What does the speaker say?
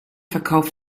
verkauf